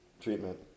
treatment